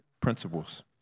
principles